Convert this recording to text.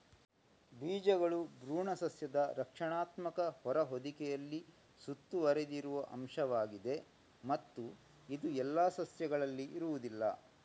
ಬೀಜಗಳು ಭ್ರೂಣ ಸಸ್ಯದ ರಕ್ಷಣಾತ್ಮಕ ಹೊರ ಹೊದಿಕೆಯಲ್ಲಿ ಸುತ್ತುವರೆದಿರುವ ಅಂಶವಾಗಿದೆ ಮತ್ತು ಇದು ಎಲ್ಲಾ ಸಸ್ಯಗಳಲ್ಲಿ ಇರುವುದಿಲ್ಲ